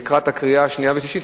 לקראת הקריאה השנייה והשלישית,